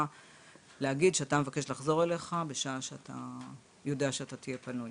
להגיד שאתה מבקש לחזור אליך בשעה שאתה יודע שתהיה פנוי.